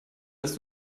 dass